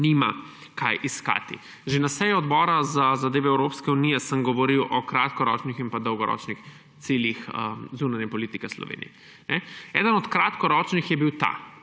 nimajo kaj iskati. Že na seji Odbora za zadeve Evropske unije sem govoril o kratkoročnih in dolgoročnih ciljih zunanje politike Slovenije. Eden od kratkoročnih je bil ta,